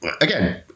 again